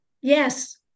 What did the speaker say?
Yes